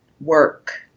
work